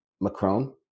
Macron